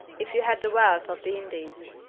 if you had the wealth of the indies.